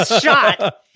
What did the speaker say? shot